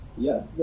Yes